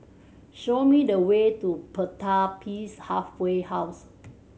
show me the way to Pertapis Halfway House